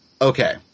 Okay